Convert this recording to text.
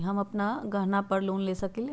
हम अपन गहना पर लोन ले सकील?